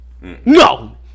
No